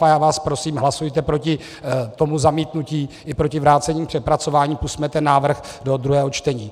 A já vás prosím, hlasujte proti tomu zamítnutí i proti vrácení k přepracování, pusťme ten návrh do druhého čtení.